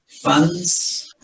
Funds